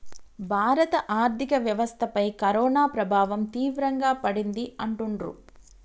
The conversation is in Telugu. భారత ఆర్థిక వ్యవస్థపై కరోనా ప్రభావం తీవ్రంగా పడింది అంటుండ్రు